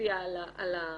משפיע על ההבנה.